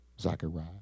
zachariah